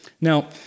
Now